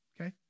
Okay